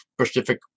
specific